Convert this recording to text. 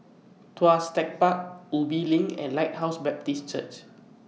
Tuas Tech Park Ubi LINK and Lighthouse Baptist Church